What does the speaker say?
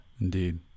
indeed